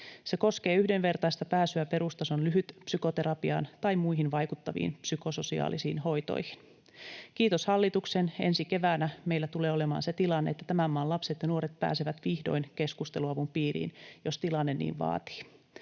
Se koskee yhdenvertaista pääsyä perustason lyhytpsykoterapiaan tai muihin vaikuttaviin psykososiaalisiin hoitoihin. Kiitos hallituksen, ensi keväänä meillä tulee olemaan se tilanne, että tämän maan lapset ja nuoret pääsevät vihdoin keskusteluavun piiriin, jos tilanne niin vaatii.